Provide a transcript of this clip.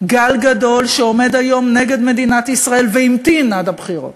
גל גדול שעומד היום נגד מדינת ישראל והמתין עד הבחירות,